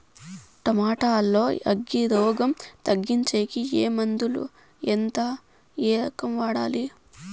Tomato లో అగ్గి రోగం తగ్గించేకి ఏ మందులు? ఎంత? ఏ రకంగా వాడాలి?